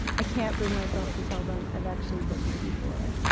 i can't bring myself to tell them i have actually been here before.